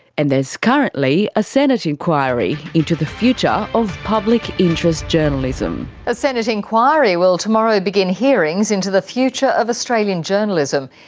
and there's currently a senate inquiry into the future of public interest journalism. a senate inquiry will tomorrow begin hearings into the future of australian journalism.